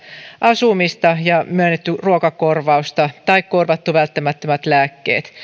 asumista ja myönnetty ruokakorvausta tai korvattu välttämättömät lääkkeet